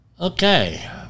Okay